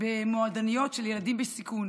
במועדוניות של ילדים בסיכון